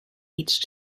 each